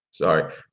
Sorry